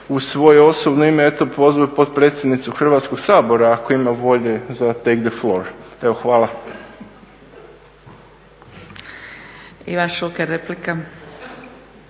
u svoje osobno ime pozivam potpredsjednicu Hrvatskog sabora ako ima volje za take the floor. Evo, hvala. **Zgrebec, Dragica